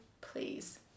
Please